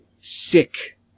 sick